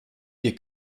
ihr